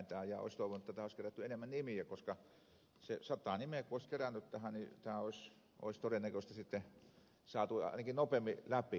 olisin toivonut että tähän olisi kerätty enemmän nimiä koska se sata nimeä kun olisi kerätty tähän niin tämä olisi todennäköisesti sitten saatu ainakin nopeammin läpi